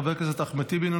חבר הכנסת אחמד טיבי,